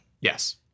Yes